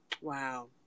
Wow